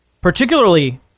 particularly